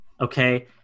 Okay